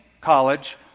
college